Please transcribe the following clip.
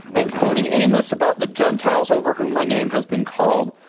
and quoting amos about the gentiles over whom my name has been called.